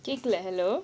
hello